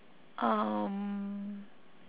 um